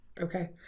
okay